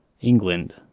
England